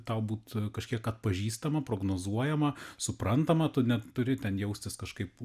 tau būt kažkiek atpažįstama prognozuojama suprantama tu neturi ten jaustis kažkaip